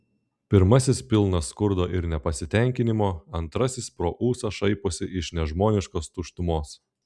pirmasis pilnas skurdo ir nepasitenkinimo antrasis pro ūsą šaiposi iš nežmoniškos tuštumos